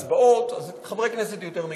והצבעות, אז חברי כנסת יותר מגיעים.